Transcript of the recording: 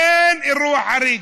אין אירוע חריג,